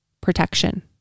protection